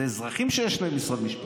לאזרחים יש משרד משפטים.